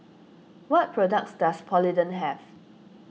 what products does Polident have